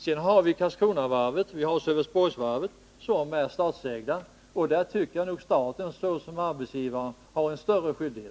Vidare har vi Karlskronavarvet och Sölvesborgsvarvet som är statsägda, och där tycker jag att staten som arbetsgivare har en större skyldighet.